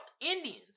Indians